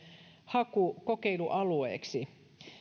haku kokeilualueeksi syksyllä kaksituhattayhdeksäntoista